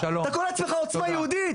אתה קורא לעצמך עוצמה יהודית,